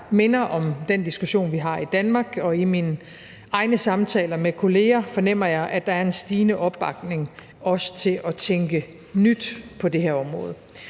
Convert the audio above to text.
der minder om den diskussion, vi har i Danmark, og i mine egne samtaler med kolleger fornemmer jeg, at der er en stigende opbakning også til at tænke nyt på det her område.